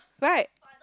right